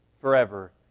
forever